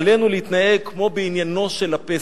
עלינו להתנהג כמו בעניינו של הפסח.